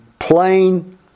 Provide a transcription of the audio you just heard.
Plain